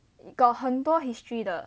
got 很多 history 的